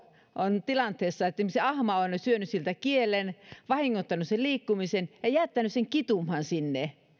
on tilanteessa että ahma on syönyt siltä esimerkiksi kielen vahingoittanut sen liikkumista ja jättänyt sen kitumaan sinne